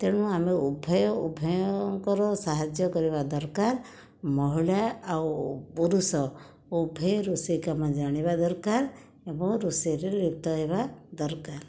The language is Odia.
ତେଣୁ ଆମେ ଉଭୟ ଉଭୟଙ୍କର ସାହାଯ୍ୟ କରିବା ଦରକାର ମହିଳା ଆଉ ପୁରୁଷ ଉଭୟ ରୋଷେଇ କାମ ଜାଣିବା ଦରକାର ଏବଂ ରୋଷେଇରେ ଲିପ୍ତ ହେବା ଦରକାର